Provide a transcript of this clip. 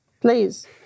Please